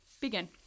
Begin